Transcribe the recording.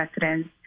residents